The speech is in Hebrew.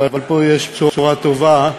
אבל פה יש בשורה טובה,